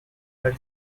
her